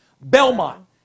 Belmont